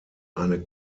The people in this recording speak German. eine